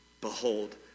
Behold